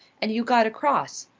and you got across.